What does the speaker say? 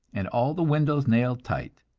and all the windows nailed tight